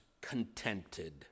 contented